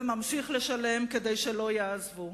וממשיך לשלם כדי שלא יעזבו.